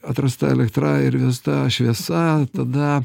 atrasta elektra ir įvesta šviesa tada